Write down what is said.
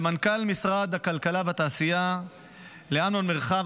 למנכ"ל משרד הכלכלה והתעשייה אמנון מרחב,